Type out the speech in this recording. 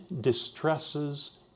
distresses